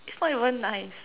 it's not even nice